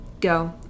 Go